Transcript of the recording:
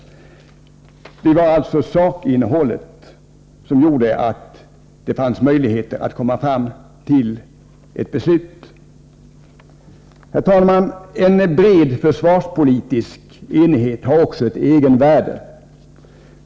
Det var alltså sakinnehållet som gjorde att det fanns möjligheter att komma fram till ett beslut. Herr talman! En bred försvarspolitisk enighet har också ett egenvärde.